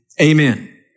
amen